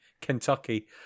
Kentucky